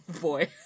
boy